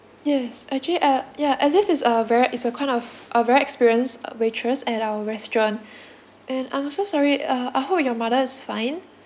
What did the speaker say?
yes actually uh ya alice is a very is a kind of a very experience uh waitress at our restaurant and I'm so sorry uh I hope your mother's fine